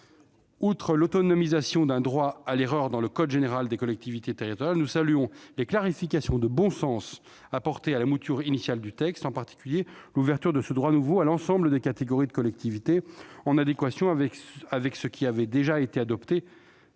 Outre l'autonomisation d'un droit à l'erreur dans le code général des collectivités territoriales, nous saluons les clarifications de bon sens apportées à la mouture initiale du texte, en particulier l'ouverture de ce droit nouveau à l'ensemble des catégories de collectivités, en conformité avec ce qu'avait déjà adopté la Haute